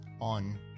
on